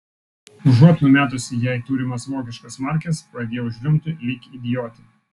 užuot numetusi jai turimas vokiškas markes pradėjau žliumbti lyg idiotė